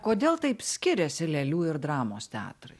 kodėl taip skiriasi lėlių ir dramos teatrai